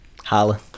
Holla